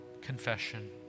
confession